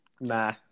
Nah